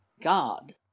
God